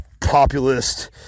populist